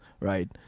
right